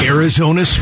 Arizona